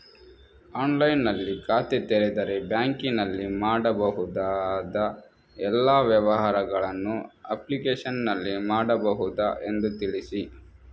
ಆನ್ಲೈನ್ನಲ್ಲಿ ಖಾತೆ ತೆರೆದರೆ ಬ್ಯಾಂಕಿನಲ್ಲಿ ಮಾಡಬಹುದಾ ಎಲ್ಲ ವ್ಯವಹಾರಗಳನ್ನು ಅಪ್ಲಿಕೇಶನ್ನಲ್ಲಿ ಮಾಡಬಹುದಾ ಎಂದು ತಿಳಿಸಿ?